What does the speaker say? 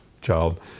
child